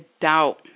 doubt